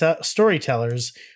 storytellers